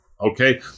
okay